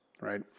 right